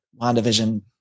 WandaVision